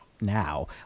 now